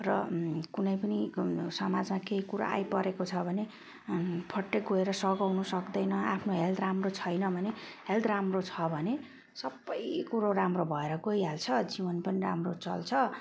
र कुनै पनि समाजमा केही कुरा आइपरेको छ भने फट्टै गएर सघाउन सक्दैन आफ्नो हेल्थ राम्रो छैन भने हेल्थ राम्रो छ भने सबै कुरो राम्रो भएर गइहाल्छ जीवन पनि राम्रो चल्छ